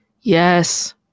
Yes